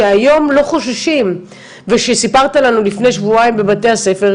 שהיום לא חוששים ושסיפרת לנו לפני שבועיים בבתי הספר,